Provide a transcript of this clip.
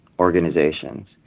Organizations